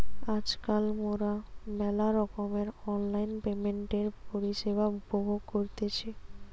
আজকাল মোরা মেলা রকমের অনলাইন পেমেন্টের পরিষেবা উপভোগ করতেছি